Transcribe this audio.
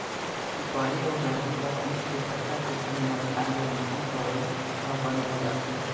सुपारी अउ हरदी ल पीस के सक्कर के संग म खाए ले उल्टी अवई ह बंद हो जाथे